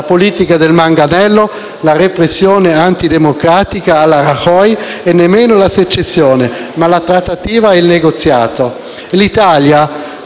politica del manganello e la repressione antidemocratica alla Rajoy e nemmeno la secessione, ma la trattativa e il negoziato. L'Italia,